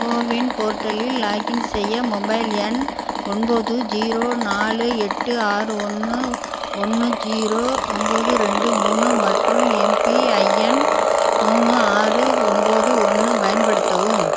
CoWIN போர்ட்டலில் login செய்ய mobile எண் ஒன்பது ஜீரோ நாலு எட்டு ஆறு ஒன்று ஒன்று ஜீரோ ஒம்பது ரெண்டு மூணு மற்றும் எம்பிஐஎன் மூணு ஆறு ஒம்பது ஒன்று பயன்படுத்தவும்